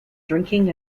drinking